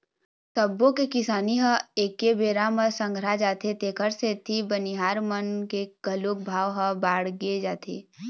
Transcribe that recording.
सब्बो के किसानी ह एके बेरा म संघरा जाथे तेखर सेती बनिहार मन के घलोक भाव ह बाड़गे जाथे